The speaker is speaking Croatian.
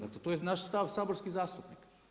Dakle to je naš stav saborskih zastupnika.